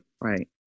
Right